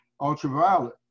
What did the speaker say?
ultraviolet